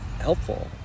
helpful